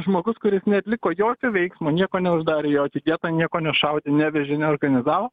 žmogus kuris neatliko jokio veiksmo nieko neuždarė į jokį getą nieko nešaudė nevežė ne organizavo